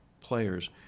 players